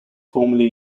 formerly